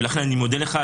ולכן אני מודה לך,